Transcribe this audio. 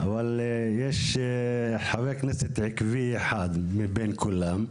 אבל יש חבר כנסת עקבי אחד מבין כולם,